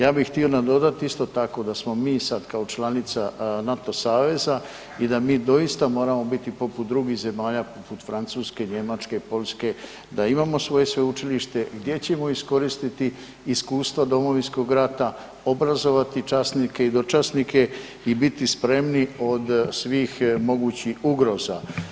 Ja bih htio nadodati isto tako da smo mi sad kao članica NATO saveza i da mi doista moramo biti poput drugih zemalja, poput Francuske, Njemačke, Poljske, da imamo svoje sveučilište, gdje ćemo iskoristiti iskustva Domovinskog rata, obrazovati časnike i dočasnike i biti spremni od svih mogućih ugroza.